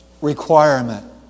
Requirement